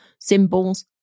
symbols